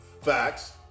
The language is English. facts